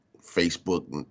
Facebook